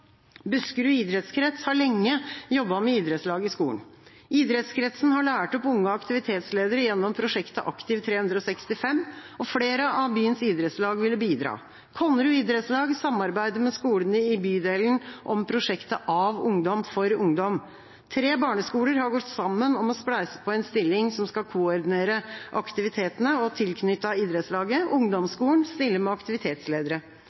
Buskerud idrettskrets har lenge jobbet med idrettslag i skolen. Idrettskretsen har lært opp unge aktivitetsledere gjennom prosjektet «Aktiv365». Flere av byens idrettslag ville bidra. Konnerud Idrettslag samarbeider med skolene i bydelen om prosjektet «Av ungdom for ungdom». Tre barneskoler har gått sammen om å spleise på en stilling som skal koordinere aktivitetene som er tilknyttet idrettslaget. Ungdomsskolen stiller med aktivitetsledere.